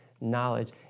knowledge